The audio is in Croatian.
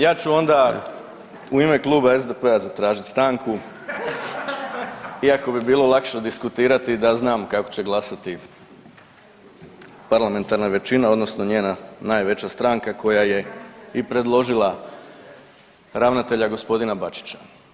Ja ću onda u ime Kluba SDP-a zatražiti stanku iako bi bilo lakše diskutirati da znam kako će glasati parlamentarna većina, odnosno njena najveća stranka koja je i predložila ravnatelja, g. Bačića.